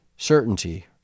certainty